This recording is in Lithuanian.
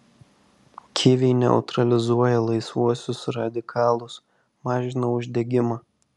kiviai neutralizuoja laisvuosius radikalus mažina uždegimą